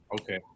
Okay